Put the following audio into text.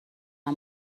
راه